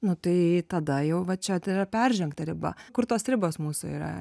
nu tai tada jau va čia yra peržengta riba kur tos ribos mūsų yra